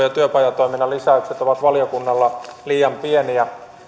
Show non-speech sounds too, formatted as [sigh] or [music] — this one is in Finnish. [unintelligible] ja työpajatoiminnan lisäykset ovat valiokunnalla liian pieniä